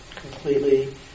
completely